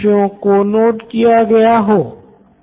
श्याम क्योंकि स्कूल मे गृह कार्य भी दिया जाता हैं